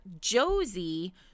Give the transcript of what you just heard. Josie